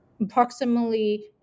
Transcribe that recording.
approximately